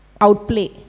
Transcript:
outplay